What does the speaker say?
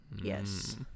yes